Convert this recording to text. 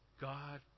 God